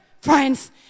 friends